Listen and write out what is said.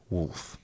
Wolf